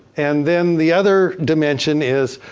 and then the other dimension is,